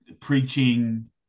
preaching